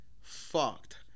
fucked